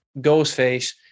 Ghostface